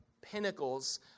pinnacles